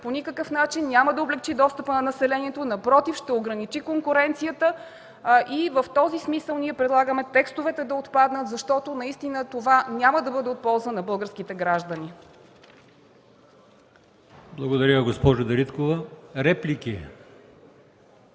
по никакъв начин няма да облекчи достъпа на населението, напротив, ще ограничи конкуренцията. И в този смисъл ние предлагаме текстовете да отпаднат, защото наистина това няма да бъде от полза на българските граждани. ПРЕДСЕДАТЕЛ АЛИОСМАН ИМАМОВ: Благодаря, госпожо Дариткова. Реплики?